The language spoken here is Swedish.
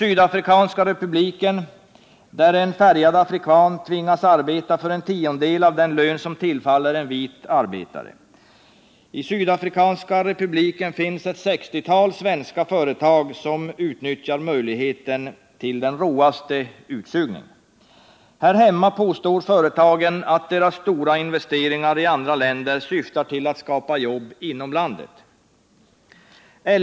Sydafrikanska republiken tvingas en färgad afrikan arbeta för en tiondel av den lön som tillfaller en vit arbetare. I Sydafrikanska republiken finns ett 60-tal svenska företag, som utnyttjar möjligheten till den råaste utsugning. Här hemma påstår företagen att deras stora investeringar i andra länder syftar till att skapa jobb inom landet.